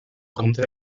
compte